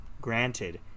granted